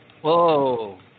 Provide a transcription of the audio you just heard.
whoa